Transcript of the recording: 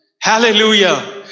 hallelujah